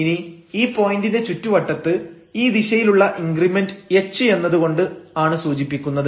ഇനി ഈ പോയന്റിന്റെ ചുറ്റുവട്ടത്ത് ഈ ദിശയിലുള്ള ഇൻക്രിമെന്റ് h എന്നത് കൊണ്ടാണ് സൂചിപ്പിക്കുന്നത്